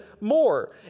more